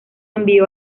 envió